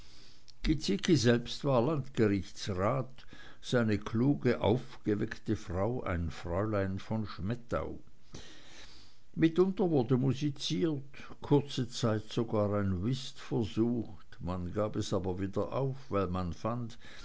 gizicki selbst war landgerichtsrat seine kluge aufgeweckte frau ein fräulein von schmettau mitunter wurde musiziert kurze zeit sogar ein whist versucht man gab es aber wieder auf weil man fand